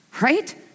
Right